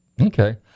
Okay